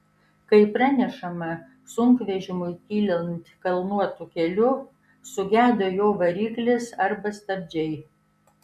kaip pranešama sunkvežimiui kylant kalnuotu keliu sugedo jo variklis arba stabdžiai